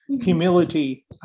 humility